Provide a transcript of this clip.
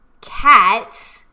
Cats